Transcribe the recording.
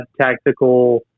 tactical